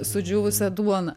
sudžiūvusią duoną